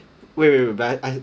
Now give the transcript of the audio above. wait wait wait but I I